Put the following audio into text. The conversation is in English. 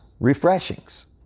refreshings